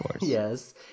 Yes